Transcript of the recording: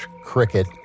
cricket